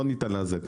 לא ניתן לאזן.